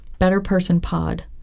BetterPersonPod